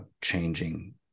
changing